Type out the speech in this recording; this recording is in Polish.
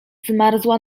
zmarzła